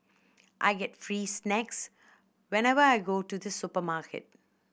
I get free snacks whenever I go to the supermarket